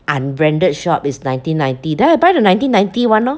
unbranded shop is nineteen ninety then I buy the nineteen ninety one lor